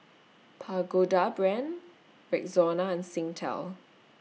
Pagoda Brand Rexona and Singtel